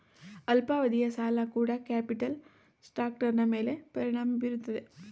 ಅಲ್ಪಾವಧಿಯ ಸಾಲ ಕೂಡ ಕ್ಯಾಪಿಟಲ್ ಸ್ಟ್ರಕ್ಟರ್ನ ಮೇಲೆ ಪರಿಣಾಮ ಬೀರುತ್ತದೆ